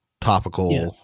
topical